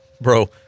Bro